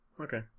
Okay